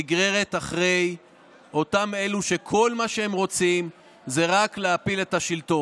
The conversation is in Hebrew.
נגררת אחרי אותם אלו שכל מה שהם רוצים זה רק להפיל את השלטון,